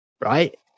right